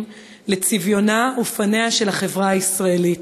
לצביונה ולפניה של החברה הישראלית.